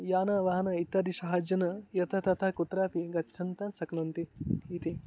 यानानि वाहनानि इत्यादि सहजतया यथा तथा कुत्रापि गच्छन् शक्नुवन्ति इति